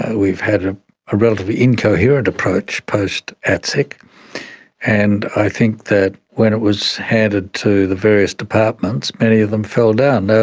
we've had a ah relatively incoherent approach post-atsic, and i think that when it was handed to the various departments, many of them fell down. yeah